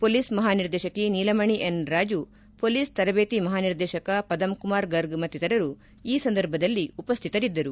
police ಮಹಾನಿರ್ದೇಶಕಿ Neelamani N Raju police ತರಬೇತಿ ಮಹಾನಿರ್ದೇಶಕ ಪದಮ್ ಕುಮಾರ್ ಗರ್ಗ್ ಮತ್ತಿತರರು ಈ ಸಂದರ್ಭದಲ್ಲಿ ಉಪಸ್ವಿತರಿದ್ದರು